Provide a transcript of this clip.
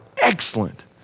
excellent